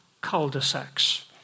cul-de-sacs